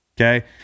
okay